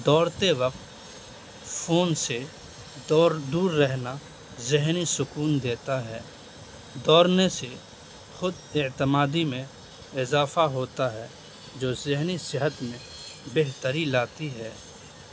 دوڑتے وقت فون سے دور دور رہنا ذہنی سکون دیتا ہے دوڑنے سے خود اعتمادی میں اضافہ ہوتا ہے جو ذہنی صحت میں بہتری لاتی ہے